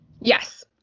yes